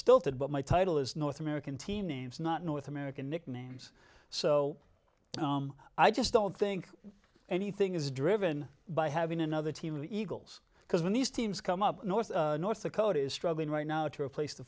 stilted but my title is north american team names not north american nicknames so i just don't think anything is driven by having another team in the eagles because when these teams come up north north dakota is struggling right now to replace t